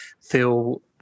phil